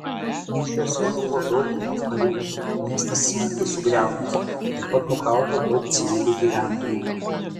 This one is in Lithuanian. mūšiuose žuvo daug jav karių miestas smarkiai sugriautas taip pat nukauta daug civilių gyventojų